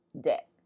debt